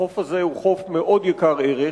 החוף הזה הוא חוף יקר ערך,